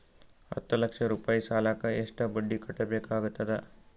ಹತ್ತ ಲಕ್ಷ ರೂಪಾಯಿ ಸಾಲಕ್ಕ ಎಷ್ಟ ಬಡ್ಡಿ ಕಟ್ಟಬೇಕಾಗತದ?